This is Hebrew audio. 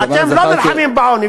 אבל אתם לא נלחמים בעוני,